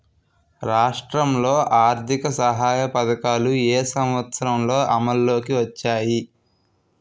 రాష్ట్రంలో ఆర్థిక సహాయ పథకాలు ఏ సంవత్సరంలో అమల్లోకి వచ్చాయి?